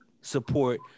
support